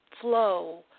flow